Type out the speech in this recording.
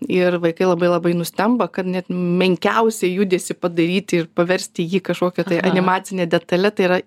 ir vaikai labai labai nustemba kad net menkiausią judesį padaryti ir paversti jį kažkokia tai animacine detale tai yra